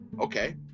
okay